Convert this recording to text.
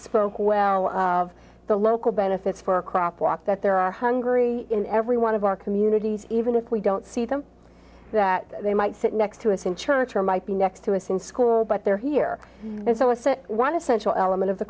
spoke well of the local benefits for crosswalk that there are hungry in every one of our communities even if we don't see them that they might sit next to us in church or might be next to us in school but they're here there's always that one essential element